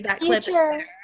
future